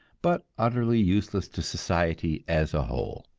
but utterly useless to society as a whole.